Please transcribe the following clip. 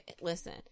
Listen